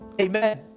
amen